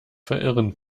verirren